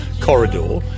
corridor